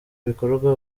bikorwa